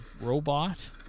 robot